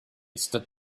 stood